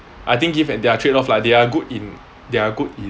I think give and take trade off lah they are good in they are good in